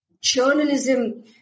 journalism